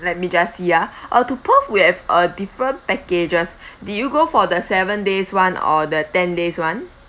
let me just see ah uh to perth we have uh different packages did you go for the seven days one or the ten days one